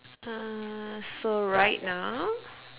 uh so right now